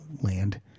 land